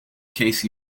case